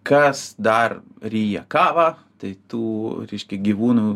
kas dar ryja kavą tai tų reiškia gyvūnų